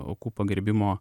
aukų pagerbimo